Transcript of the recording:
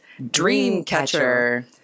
Dreamcatcher